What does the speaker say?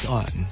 on